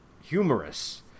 humorous